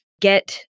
get